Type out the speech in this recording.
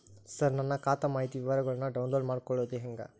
ಸರ ನನ್ನ ಖಾತಾ ಮಾಹಿತಿ ವಿವರಗೊಳ್ನ, ಡೌನ್ಲೋಡ್ ಮಾಡ್ಕೊಳೋದು ಹೆಂಗ?